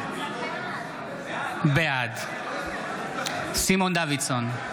בעד סימון דוידסון,